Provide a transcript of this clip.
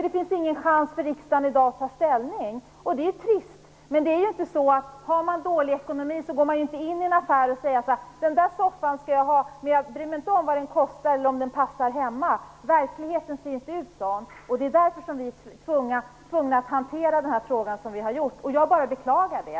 Det finns ingen chans för riksdagen att ta ställning i dag. Det är trist. Har man dålig ekonomi går man inte in i en affär och säger att man skall ha en soffa, men att man inte bryr sig om vad den kostar eller om den passar hemma. Verkligheten ser inte sådan ut. Det är därför vi är tvungna att hantera frågan som vi har gjort. Jag beklagar det.